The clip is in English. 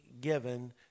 given